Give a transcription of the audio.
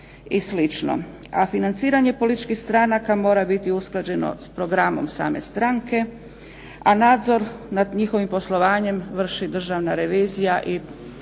A financiranje političkih stranaka mora biti usklađeno s programom same stranke a nadzor nad njihovim poslovanjem vrši Državna revizija i Porezna uprava.